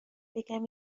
بگم